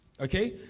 Okay